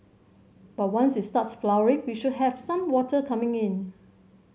but once it starts flowering we should have some water coming in